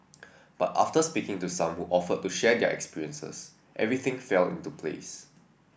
but after speaking to some who offered to share their experiences everything fell into place